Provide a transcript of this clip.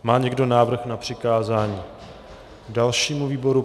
Má někdo návrh na přikázání dalšímu výboru?